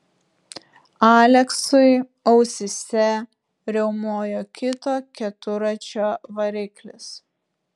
aleksui ausyse riaumojo kito keturračio variklis